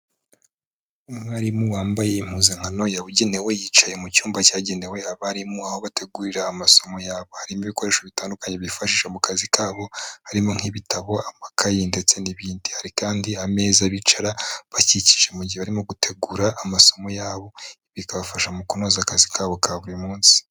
Umwarimu wambaye impuzankano yabugenewe, yicaye mu cyumba cyagenewe abarimu, aho bategurira amasomo yabo, harimo ibikoresho bitandukanye bifashisha mu kazi kabo, harimo nk'ibitabo, amakayi ndetse n'ibindi, hari kandi ameza bicara bakikije mu gihe barimo gutegura amasomo yabo, bikabafasha mu kunoza akazi kabo ka buri munsi.